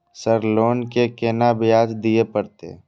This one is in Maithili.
सर लोन के केना ब्याज दीये परतें?